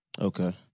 Okay